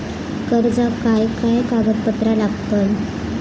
कर्जाक काय काय कागदपत्रा लागतत?